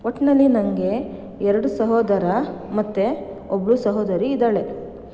ಒಟ್ಟಿನಲ್ಲಿ ನನಗೆ ಎರಡು ಸಹೋದರ ಮತ್ತು ಒಬ್ಬಳು ಸಹೋದರಿ ಇದ್ದಾಳೆ